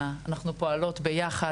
אנחנו פועלות ביחד,